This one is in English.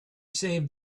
saved